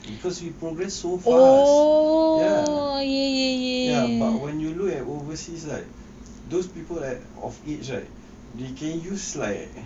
because we progress so fast ya ya but when you look at overseas right those people at of aged right they can use like